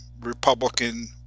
Republican